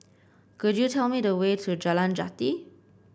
could you tell me the way to Jalan Jati